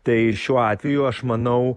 tai šiuo atveju aš manau